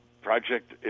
project